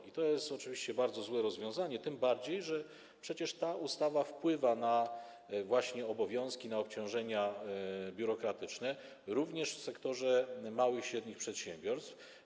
I to jest oczywiście bardzo złe rozwiązanie, tym bardziej że przecież ta ustawa wpływa właśnie na obowiązki, na obciążenia biurokratyczne również w sektorze małych i średnich przedsiębiorstw.